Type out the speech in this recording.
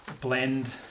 blend